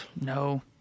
No